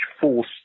force